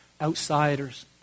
Outsiders